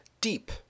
deep